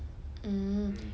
mm